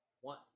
one